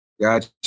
Gotcha